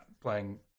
playing